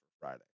Friday